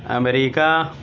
America